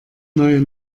neue